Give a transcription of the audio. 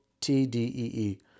TDEE